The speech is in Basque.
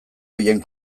horien